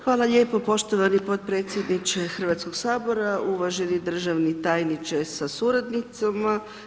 Hvala lijepo poštovani podpredsjedniče Hrvatskog sabora, uvaženi državni tajniče sa suradnicima.